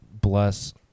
bless